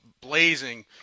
blazing